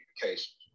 communications